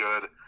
good